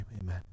Amen